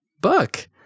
book